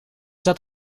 dat